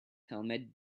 helmet